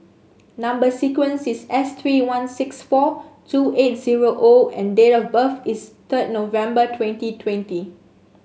number sequence is S three one six four two eight zero O and date of birth is third November twenty twenty